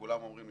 כולם אומרים לי,